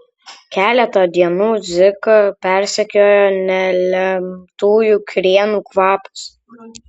keletą dienų dziką persekiojo nelemtųjų krienų kvapas